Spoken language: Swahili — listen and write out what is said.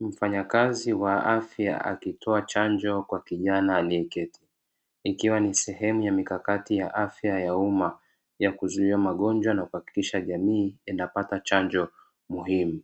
Mfanyakazi wa afya akitoa chanjo kwa kijana aliyeketi. Ikiwa ni sehemu ya mikakati ya afya ya umma ya kuzuia magonjwa na kuhakikisha jamii ninapata chanjo muhimu.